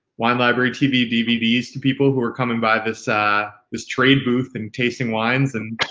wine library tv dvds to people who are coming by this ah this trade booth and tasting wines and